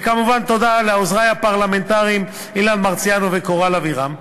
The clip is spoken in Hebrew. וכמובן תודה לעוזרי הפרלמנטריים אילן מרסיאנו וקורל אבירם,